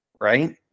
right